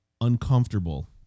uncomfortable